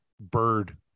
bird